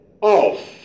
Off